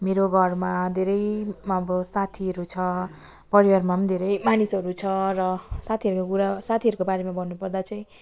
मेरो घरमा धेरै अब साथीहरू छ परिवारमा धेरै मानिसहरू छ र साथीहरूको कुरा साथीहरूको बारेमा भन्नु पर्दा चाहिँ